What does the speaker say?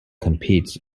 competes